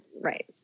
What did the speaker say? right